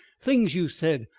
things you said,